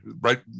right